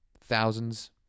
thousands